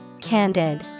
Candid